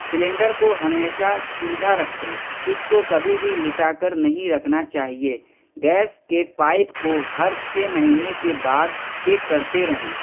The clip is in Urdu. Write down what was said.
سلینڈر کو ہمیشہ سیدھا رکھیں اس کو کبھی بھی لٹا کر نہیں رکھنا چاہیے گیس کے پائپ کو ہر چھ مہینے کے بعد چیک کرتے رہیں